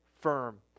firm